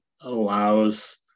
allows